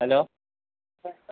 hello